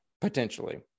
potentially